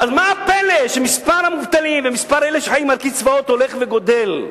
מה הפלא שמספר המובטלים ומספר אלה שחיים על קצבאות הולך וגדל?